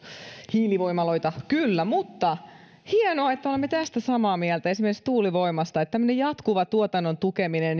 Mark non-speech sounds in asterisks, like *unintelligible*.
hiilivoimaloita kyllä mutta hienoa että olemme samaa mieltä esimerkiksi tuulivoimasta tämmöinen jatkuva tuotannon tukeminen *unintelligible*